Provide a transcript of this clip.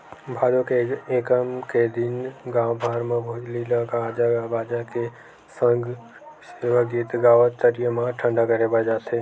भादो के एकम के दिन गाँव भर म भोजली ल बाजा गाजा सग सेवा गीत गावत तरिया म ठंडा करे बर जाथे